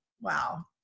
Wow